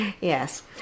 Yes